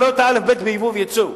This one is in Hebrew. ולא את האלף-בית ביבוא ויצוא.